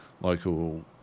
local